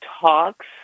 talks